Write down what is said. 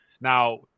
Now